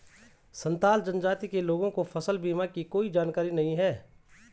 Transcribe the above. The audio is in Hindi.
संथाल जनजाति के लोगों को फसल बीमा की कोई जानकारी नहीं है